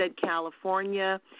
California